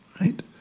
right